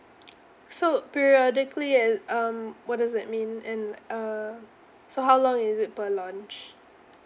so periodically and um what does that mean and like uh so how long is it per launch